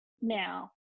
now